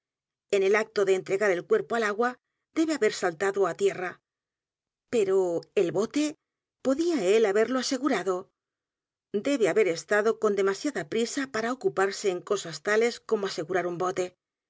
en el acto de entregar el cuerpo al agua debe haber saltado á tierra pero el bote podía él haberlo asegurado debe haber estado con demasiada prisa para ocuparse en cosas tales como a s e